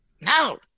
Now